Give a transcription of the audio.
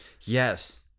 Yes